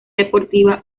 deportiva